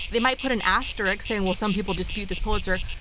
they might put an asterisk saying well, some people dispute this pulitzer.